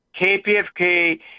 KPFK